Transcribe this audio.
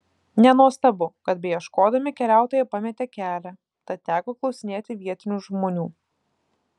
nenuostabu kad beieškodami keliautojai pametė kelią tad teko klausinėti vietinių žmonių